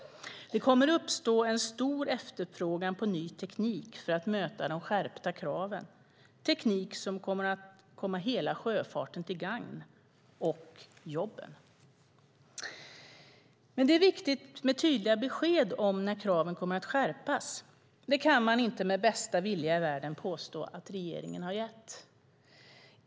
Det kommer att uppstå en stor efterfrågan på ny teknik för att möta de skärpta kraven. Det är teknik som kommer att gagna hela sjöfarten - och jobben. Det är viktigt med tydliga besked om när kraven kommer att skärpas. Det kan man inte med bästa vilja i världen påstå att regeringen har gett.